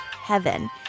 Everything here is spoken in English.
heaven